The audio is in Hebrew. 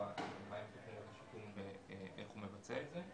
מה היא מסגרת השיקום ואיך הוא מבצע את זה.